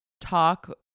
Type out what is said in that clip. talk